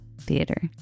Theater